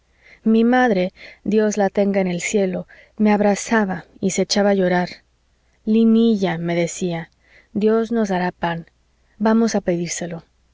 mi madre dios la tenga en el cielo me abrazaba y se echaba a llorar linilla me decía dios nos dará pan vamos a pedírselo